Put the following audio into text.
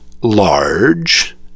large